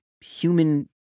human